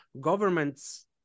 governments